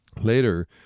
Later